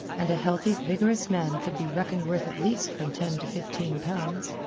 and a healthy, vigorous man could be reckoned worth at least from ten to fifteen pounds.